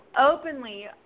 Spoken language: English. openly